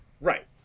Right